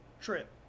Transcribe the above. trip